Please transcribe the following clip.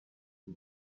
for